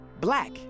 black